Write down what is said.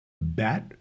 Bat